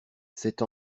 cette